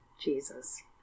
Jesus